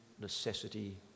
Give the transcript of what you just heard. necessity